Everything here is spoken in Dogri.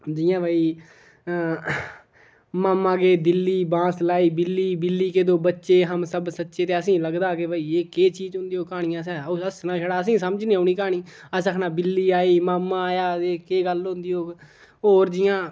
जि'यां भई मामा गे दिल्ली वहां से लाई बिल्ली बिल्ली के दो बच्चे हम सब सच्चे ते असेंगी लगदा के भई एह् केह् चीज होंदी ओह् क्हानियां असें आहो हस्सना छड़ा असेंगी समझ नेईं औनी क्हानी असें आखना बिल्ली आई मामा आया एह् केह् गल्ल होंदी होग होर जियां